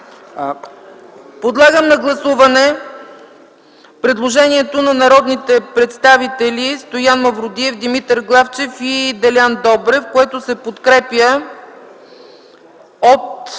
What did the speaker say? Подлагам на гласуване предложението на народните представители Стоян Мавродиев, Димитър Главчев и Делян Добрев, което се подкрепя от